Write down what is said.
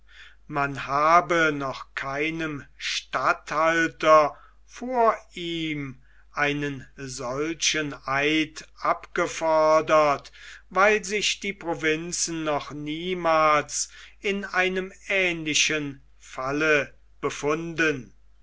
man habe noch keinem statthalter vor ihm einen solchen eid abgefordert weil sich die provinzen noch niemals in einem ähnlichen falle befunden